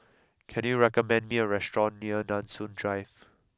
can you recommend me a restaurant near Nanson Drive